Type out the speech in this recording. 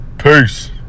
Peace